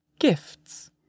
Gifts